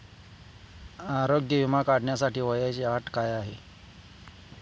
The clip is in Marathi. आरोग्य विमा काढण्यासाठी वयाची अट काय आहे?